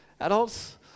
Adults